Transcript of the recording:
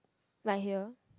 my here